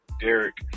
Derek